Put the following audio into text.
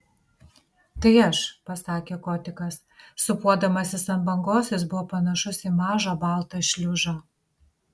tai aš pasakė kotikas sūpuodamasis ant bangos jis buvo panašus į mažą baltą šliužą